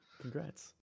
Congrats